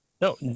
No